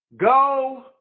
Go